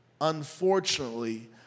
unfortunately